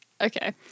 Okay